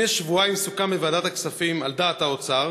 לפני שבועיים סוכם בוועדת הכספים, על דעת האוצר,